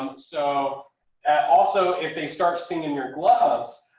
so and also if they start stinging your gloves,